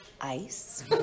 ice